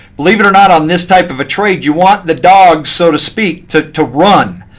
believe it or not, on this type of a trade, you want the dog, so to speak, to to run.